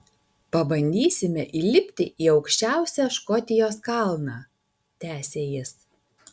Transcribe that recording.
pabandysime įlipti į aukščiausią škotijos kalną tęsė jis